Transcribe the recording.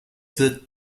wird